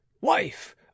wife